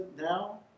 now